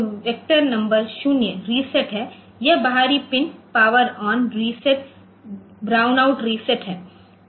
तो vector number 0 reset है यह बाहरी pin power on reset brownout reset है